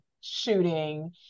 shooting